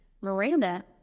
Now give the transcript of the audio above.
Miranda